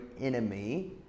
enemy